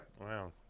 wow